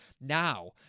Now